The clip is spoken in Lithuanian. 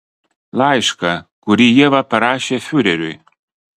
laišką kurį ieva parašė fiureriui